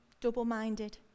double-minded